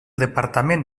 departament